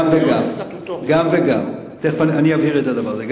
גם וגם, תיכף אני אבהיר את הדבר הזה.